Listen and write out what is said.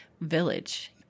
village